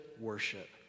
worship